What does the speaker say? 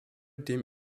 dem